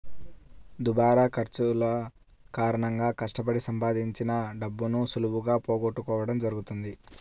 దుబారా ఖర్చుల కారణంగా కష్టపడి సంపాదించిన డబ్బును సులువుగా పోగొట్టుకోడం జరుగుతది